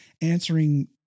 answering